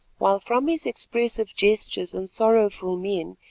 while from his expressive gestures and sorrowful mien,